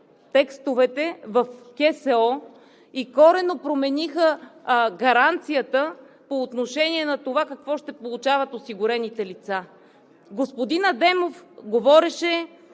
осигуряване и коренно промениха гаранцията по отношение на това какво ще получават осигурените лица. Господин Адемов говореше